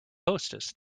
hostess